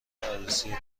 عروسی